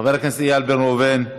חבר הכנסת איל בן ראובן,